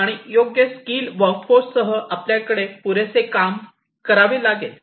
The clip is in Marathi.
आणि योग्य स्कील वर्क फोर्स सह आपल्याकडे पुरेसे काम करावे लागेल